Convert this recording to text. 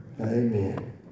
Amen